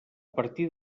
partir